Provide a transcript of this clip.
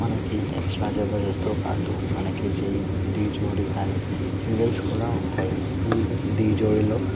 మనకి ఎక్స్ట్రా జబర్దస్త్తో పాటు మనకి జీ డీ జోడి కానీ సీరియల్స్ కూడా ఉంటాయి ఈ ఢీ జోడిలో